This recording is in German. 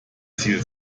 ziel